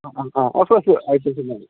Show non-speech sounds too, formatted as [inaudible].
[unintelligible]